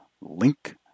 Link